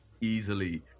easily